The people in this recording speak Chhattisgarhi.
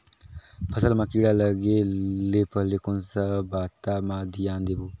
फसल मां किड़ा लगे ले पहले कोन सा बाता मां धियान देबो?